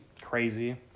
crazy